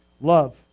Love